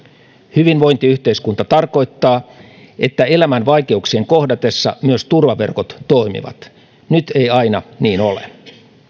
hyvinvointiyhteiskunta tarkoittaa että elämän vaikeuksien kohdatessa myös turvaverkot toimivat nyt ei aina niin ole